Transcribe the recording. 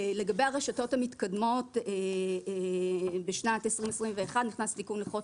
לגבי הרשתות המתקדמות, בשנת 2021 נכנס תיקון לחוק